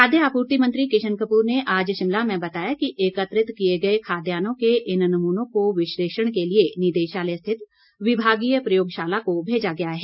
खाद्य आपूर्ति मंत्री किशन कपूर ने आज शिमला में बताया कि एकत्रित किए गए खाद्यानों के इन नमूनों को विशलेषण के लिए निदेशालय स्थित विभागीय प्रयोगशाला को भेजा गया है